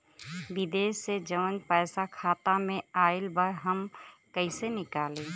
विदेश से जवन पैसा खाता में आईल बा हम कईसे निकाली?